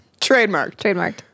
Trademarked